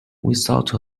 without